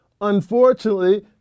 Unfortunately